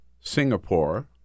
Singapore